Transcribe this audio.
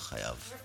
בטח חייב,